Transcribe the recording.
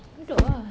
adopt ah